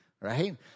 right